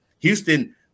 Houston